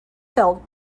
fell